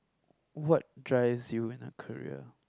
what drives you in a career